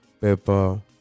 pepper